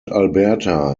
alberta